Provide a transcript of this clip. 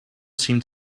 seemed